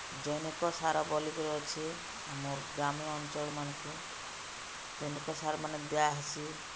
ଜୈନିକ ସାର ବଲିକରି ଅଛେ ଆମର୍ ଗ୍ରାମୀୟ ଅଞ୍ଚଳମାନ୍ଙ୍କୁ ଜୈନିକ ସାରମାନେ ଦିଆହେସି